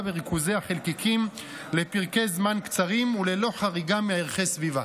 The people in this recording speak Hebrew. בריכוזי החלקיקים לפרקי זמן קצרים וללא חריגה מערכי סביבה.